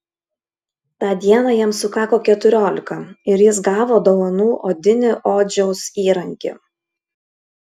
tą dieną jam sukako keturiolika ir jis gavo dovanų odinį odžiaus įrankį